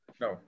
no